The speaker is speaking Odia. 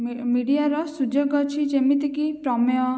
ମିଡ଼ିଆର ସୁଯୋଗ ଅଛି ଯେମିତିକି ପ୍ରମେୟ